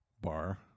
bar